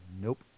Nope